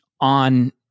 on